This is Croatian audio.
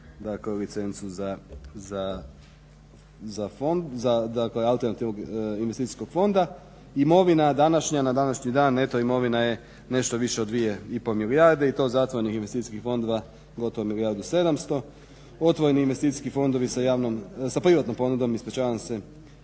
fond, dakle alternativnog investicijskog fonda. Imovina na današnji dan neto imovina je nešto više od 2,5 milijarde i to zatvorenih investicijskih fondova gotovo milijardu 700. Otvoreni investicijski fondovi sa privatnom ponudom oko